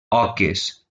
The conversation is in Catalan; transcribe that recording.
oques